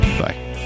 Bye